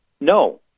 No